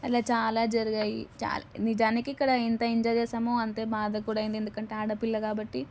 అలా చాలా జరిగాయి నిజానికి ఇక్కడ ఎంత ఎంజాయ్ చేసామో అంతే బాధ కూడా అయింది ఎందుకంటే ఆడపిల్ల కాబట్టి